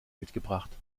mitgebracht